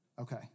Okay